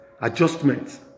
Adjustments